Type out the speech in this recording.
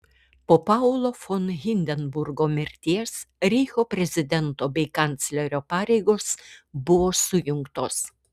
po paulo von hindenburgo mirties reicho prezidento bei kanclerio pareigos buvo sujungtos